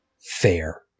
fair